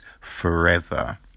forever